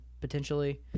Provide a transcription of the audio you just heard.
potentially